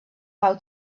how